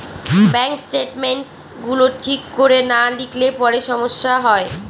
bank statements গুলো ঠিক করে না লিখলে পরে সমস্যা হয়